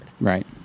Right